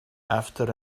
after